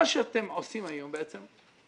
מה שאתם עושים היום בעצם זאת